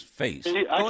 face